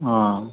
आम्